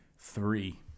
Three